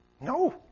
no